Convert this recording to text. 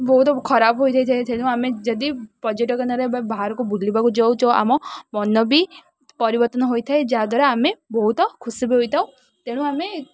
ବହୁତ ଖରାପ ହୋଇ ଯାଇଥାଏ ଥାଏ ତେଣୁ ଆମେ ଯଦି ପର୍ଯ୍ୟଟକନରେ ବା ବାହାରକୁ ବୁଲିବାକୁ ଯାଉ ଯେଉଁ ଆମ ମନ ବି ପରିବର୍ତ୍ତନ ହେଇଥାଏ ଯାହାଦ୍ୱାରା ଆମେ ବହୁତ ଖୁସି ବି ହେଇଥାଉ ତେଣୁ ଆମେ